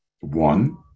one